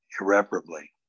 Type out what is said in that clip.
irreparably